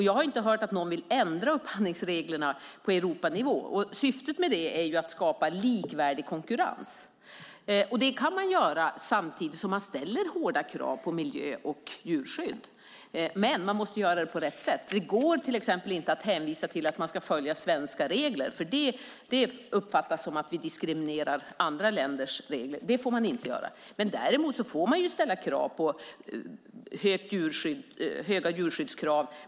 Jag har inte hört att någon vill ändra upphandlingsreglerna på Europanivå. Syftet med detta är ju att skapa likvärdig konkurrens. Och det kan man göra samtidigt som man ställer hårda krav på miljö och djurskydd, men man måste göra det på rätt sätt. Det går till exempel inte att hänvisa till att man ska följa svenska regler, för det uppfattas som diskriminering av andra länders regler. Det får man inte göra. Däremot får man ställa höga djurskyddskrav.